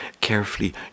carefully